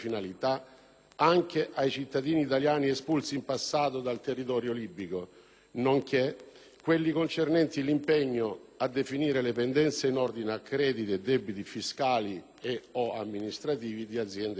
anche ai cittadini italiani espulsi in passato dal territorio libico, nonché quelle concernenti l'impegno a definire le pendenze in ordine a crediti e debiti fiscali e/o amministrativi di aziende italiane.